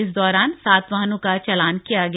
इस दौरान सात वाहनों का चालान किया गया